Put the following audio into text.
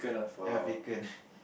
ya vacant